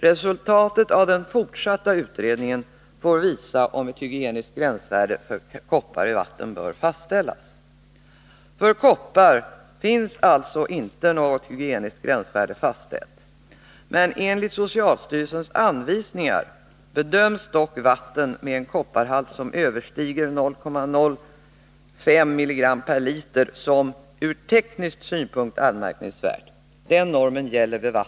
Resultatet av den fortsatta utredningen får visa om ett hygieniskt gränsvärde för koppar i vatten bör fastställas. För koppar finns alltså inte något hygieniskt gränsvärde fastställt. Enligt socialstyrelsens anvisningar bedöms dock vatten med en kopparhalt som överstiger 0,05 mg/liter som ”ur teknisk synpunkt anmärkningsvärt”.